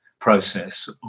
process